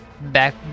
back